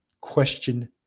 question